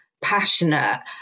passionate